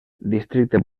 districte